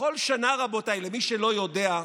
בכל שנה, רבותיי, למי שלא יודע,